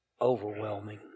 overwhelming